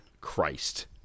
Christ